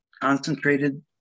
concentrated